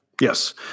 Yes